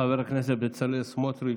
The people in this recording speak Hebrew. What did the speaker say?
חבר הכנסת בצלאל סמוטריץ',